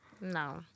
No